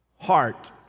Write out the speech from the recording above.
heart